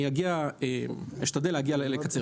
אני אשתדל לספר.